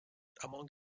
among